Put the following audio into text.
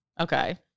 Okay